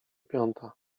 piąta